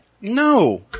No